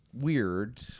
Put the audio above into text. Weird